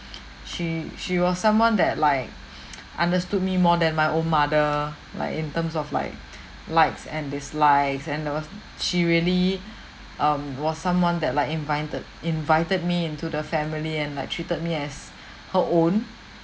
she she was someone that like understood me more than my own mother like in terms of like likes and dislikes and that was she really um was someone that like invited invited me into the family and like treated me as her own